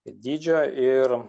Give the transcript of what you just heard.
dydžio ir